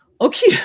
Okay